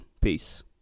peace